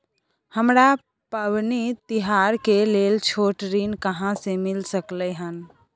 हमरा पबनी तिहार के लेल छोट ऋण कहाँ से मिल सकलय हन?